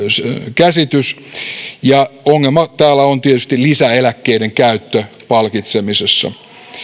käsitys ja ongelma täällä on tietysti lisäeläkkeiden käyttö palkitsemisessa